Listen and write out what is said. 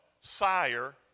sire